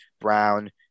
Brown